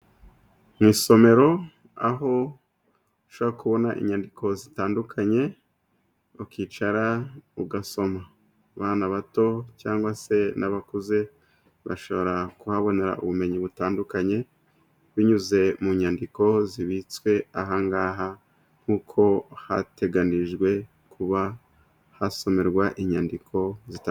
Mu isomero aho ushobora kubona inyandiko zitandukanye, ukicara ugasoma. Abana bato cyangwa se n'abakuze, bashobora kuhabonera ubumenyi butandukanye, binyuze mu nyandiko zibitswe ahangaha, nk'uko hateganijwe kuba hasomerwa inyandiko zitandukanye.